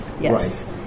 Yes